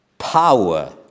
Power